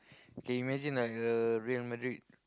K imagine like a Real-Madrid